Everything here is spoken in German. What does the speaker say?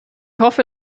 hoffe